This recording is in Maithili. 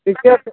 ठीके छै